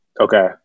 okay